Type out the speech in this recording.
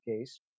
case